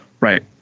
Right